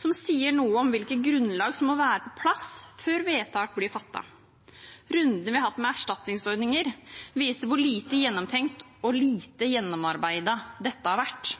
som sier noe om hvilket grunnlag som må være på plass før vedtak blir fattet. Rundene vi har hatt med erstatningsordninger, viser hvor lite gjennomtenkt og lite gjennomarbeidet dette har vært.